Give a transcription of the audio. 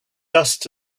dust